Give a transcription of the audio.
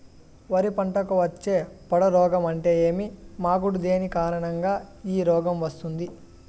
వరి పంటకు వచ్చే పొడ రోగం అంటే ఏమి? మాగుడు దేని కారణంగా ఈ రోగం వస్తుంది?